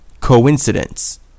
coincidence